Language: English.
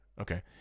Okay